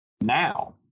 now